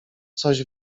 coś